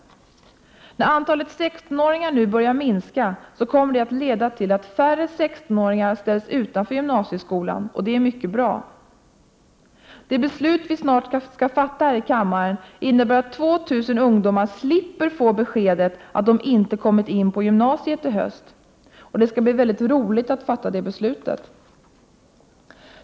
När antalet 16-åringar nu börjar minska, kommer det att leda till att färre 16-åringar ställs utanför gymnasieskolan, och det är mycket bra. Det beslut vi snart skall fatta här i kammaren innebär att 2 000 ungdomar slipper få beskedet att de inte kommit in på gymnasiet i höst. Det skall bli roligt att fatta det beslutet.